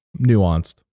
nuanced